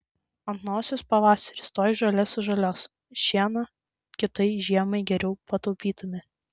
ant nosies pavasaris tuoj žolė sužaliuos šieną kitai žiemai geriau pataupytumei